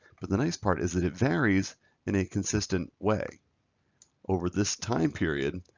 but the nice part is that it varies in a consistent way over this time period.